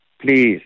please